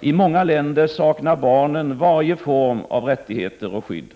I många länder saknar barnen varje form av rättigheter och skydd.